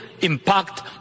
impact